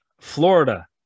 Florida